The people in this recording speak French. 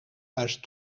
page